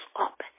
up